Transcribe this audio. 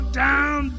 down